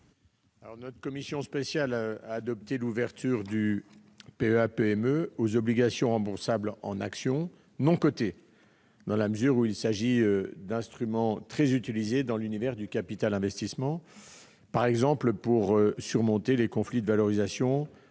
La commission spéciale a adopté l'ouverture du PEA-PME aux obligations remboursables en actions non cotées, dans la mesure où il s'agit d'instruments très utilisés dans l'univers du capital investissement, par exemple pour surmonter les conflits de valorisation entre